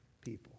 people